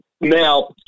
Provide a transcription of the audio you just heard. now